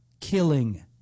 killing